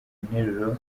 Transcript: interuro